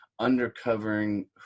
undercovering